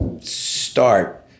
start